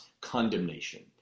condemnation